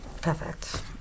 Perfect